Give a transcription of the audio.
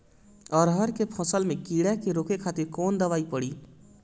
अरहर के फसल में कीड़ा के रोके खातिर कौन दवाई पड़ी?